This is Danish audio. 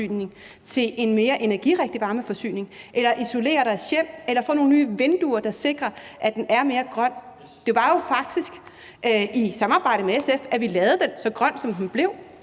til en mere energirigtig varmeforsyning, isolere deres hjem eller få nogle nye vinduer, der sikrer, at det er mere grønt? Det var jo faktisk i samarbejde med SF, at vi lavede den så grøn, som den blev,